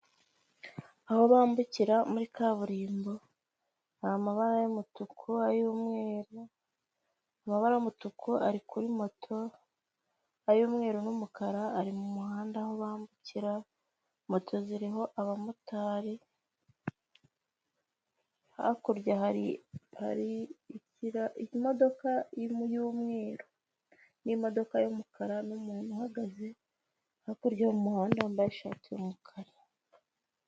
Aho bambukira muri kaburimbo amabara y'umutuku ay'umweru amabara y'umutuku ari kuri moto ay'umweru n'umukara ari mumuhanda aho bambukira moto ziriho abamotari hakurya hari imodoka y'umweru nimodoka y'umukara n'umuntu uhagaze hakurya y'umuhanda wambaye ishati y'umukara.